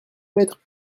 maîtres